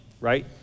right